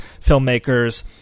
filmmakers